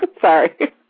Sorry